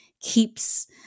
keeps